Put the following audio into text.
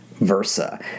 Versa